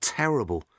terrible